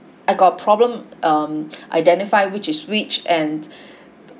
I got problem um identify which is which and